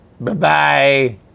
Bye-bye